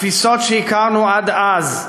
התפיסות שהכרנו עד אז,